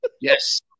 Yes